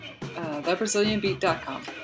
Thebrazilianbeat.com